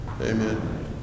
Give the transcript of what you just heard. Amen